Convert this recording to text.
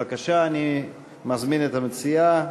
בבקשה, אני מזמין את המציעה,